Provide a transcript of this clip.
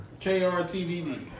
KRTVD